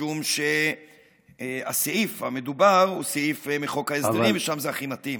משום שהסעיף המדובר הוא סעיף מחוק ההסדרים ושם זה הכי מתאים.